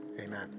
amen